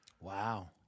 Wow